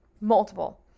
Multiple